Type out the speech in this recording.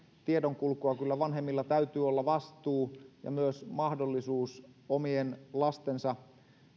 tiedonkulkua kyllä vanhemmilla täytyy olla vastuu ja myös mahdollisuus omien lastensa